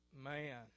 man